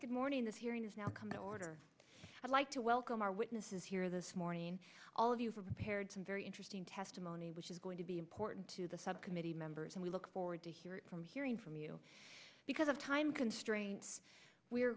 good morning this hearing has now come to order i'd like to welcome our witnesses here this morning all of you prepared some very interesting testimony which is going to be important to the subcommittee members and we look forward to hearing from hearing from you because of time constraints we're